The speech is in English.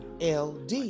ld